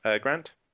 Grant